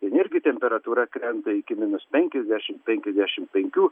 ten irgi temperatūra krenta iki minus penkiasdešimt penkiasdešimt penkių